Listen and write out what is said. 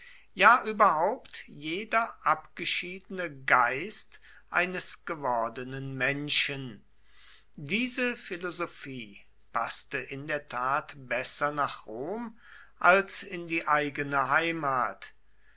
ja überhaupt jeder abgeschiedene geist eines gewordenen menschen diese philosophie paßte in der tat besser nach rom als in die eigene heimat